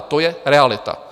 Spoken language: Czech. To je realita.